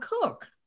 cook